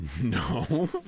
no